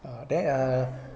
ah there are